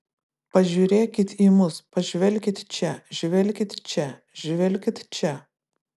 pažiūrėkit į mus pažvelkit čia žvelkit čia žvelkit čia